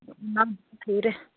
ꯅꯪ ꯊꯨꯔꯦ